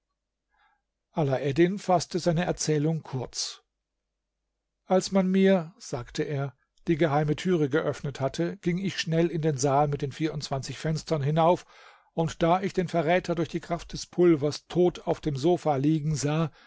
alaeddin faßte seine erzählung kurz als man mir sagte er die geheime türe geöffnet hatte ging ich schnell in den saal mit den vierundzwanzig fenstern hinauf und da ich den verräter durch die kraft des pulvers tot auf dem sofa liegen sah